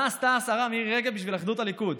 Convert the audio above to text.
מה עשתה השרה מירי רגב בשביל אחדות הליכוד?